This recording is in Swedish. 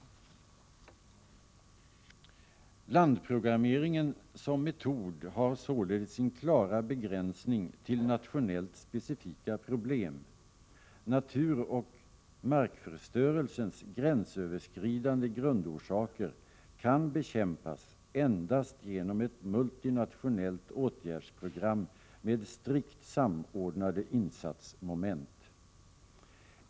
Landprogrammering som metod har således sin klara begränsning till nationellt specifika problem. Naturoch markförstörelsens gränsöverskridande grundorsaker kan bekämpas endast genom ett multinationellt åtgärdsprogram med strikt samordnade insatsmoment.